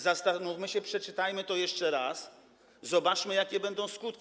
Zastanówmy się, przeczytajmy to jeszcze raz, zobaczmy, jakie będą skutki.